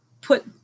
put